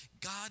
God